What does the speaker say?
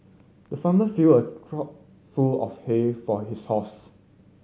the farmer filled a trough full of hay for his house